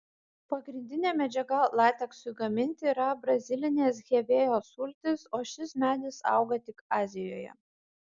pagrindinė medžiaga lateksui gaminti yra brazilinės hevėjos sultys o šis medis auga tik azijoje